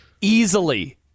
easily